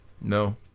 No